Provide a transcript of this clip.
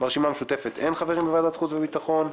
מהרשימה המשותפת אין חברים בוועדת החוץ והביטחון,